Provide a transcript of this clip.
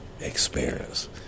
experience